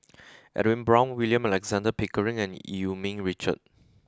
Edwin Brown William Alexander Pickering and Eu Yee Ming Richard